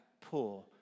poor